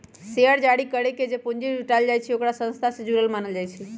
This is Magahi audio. शेयर जारी करके जे पूंजी जुटाएल जाई छई ओकरा संस्था से जुरल मानल जाई छई